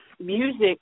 Music